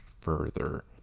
further